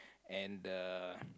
and the